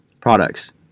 products